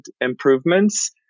improvements